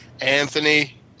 Anthony